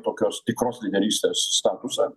tokios tikros lyderystės statusą